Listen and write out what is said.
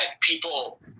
people